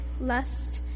lust